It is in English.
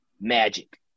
magic